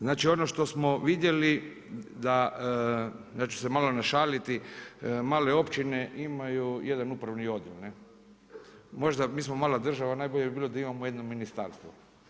Znači ono što smo vidjeli da ja ću se malo našaliti, male općine imaju jedan upravni odjel, možda mi smo mala država najbolje bi bilo da imamo jedno ministarstvo.